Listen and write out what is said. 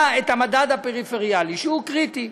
היה המדד הפריפריאלי, שהוא קריטי.